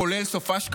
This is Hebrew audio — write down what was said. כולל סופ"ש,